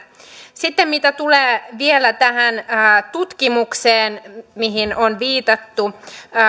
sitten mitä tulee vielä tähän tutkimukseen mihin on viitattu